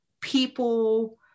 people